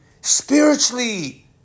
spiritually